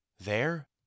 there